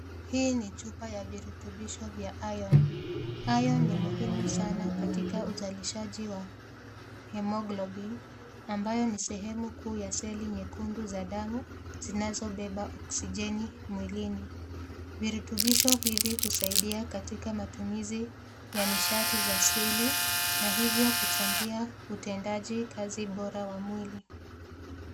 Hii ni chupa ya virutubisho ya iron . Iron ni muhimu sana katika uzalishaji wa haemoglobin ambayo ni sehemu kuu ya seli nyekundu za damu zinazobeba oksijeni mwilini. Virutubisho hizi husaidia katika matumizi nishati asili na hivyo kuchangia utendaji wa kazi bora wa mwili.